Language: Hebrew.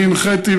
אני הנחיתי,